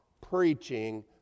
preaching